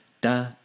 da